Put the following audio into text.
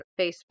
Facebook